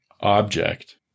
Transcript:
object